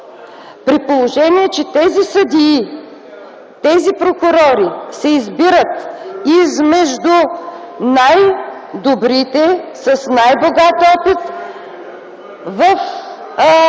при положение че тези съдии и тези прокурори се избират измежду най-добрите, с най-богат опит в